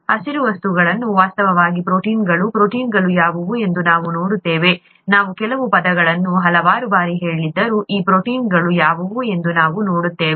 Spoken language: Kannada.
ಹಸಿರು ವಸ್ತುಗಳು ವಾಸ್ತವವಾಗಿ ಪ್ರೋಟೀನ್ಗಳು ಪ್ರೋಟೀನ್ಗಳು ಯಾವುವು ಎಂದು ನಾವು ನೋಡುತ್ತೇವೆ ನಾವು ಕೆಲವು ಪದಗಳನ್ನು ಹಲವಾರು ಬಾರಿ ಕೇಳಿದ್ದರೂ ಆ ಪ್ರೋಟೀನ್ಗಳು ಯಾವುವು ಎಂದು ನಾವು ನೋಡುತ್ತೇವೆ